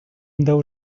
though